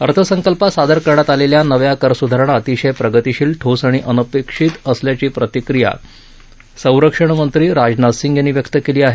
अर्थसंकल्पात सादर करण्यात आलेल्या नव्या कर सुधारणा अतिशय प्रगतीशील ठोस आणि अनपेक्षित असल्याची प्रतिक्रिया संरक्षण मंत्री राजनाथ सिंग यांनी व्यक्त केली आहे